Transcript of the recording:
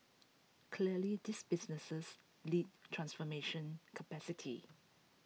clearly these businesses li transformation capacity